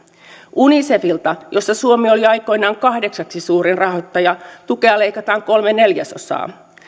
unicefilta jossa suomi oli aikoinaan kahdeksannen suurin rahoittaja tukea leikataan kolme neljäsosaa